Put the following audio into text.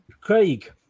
Craig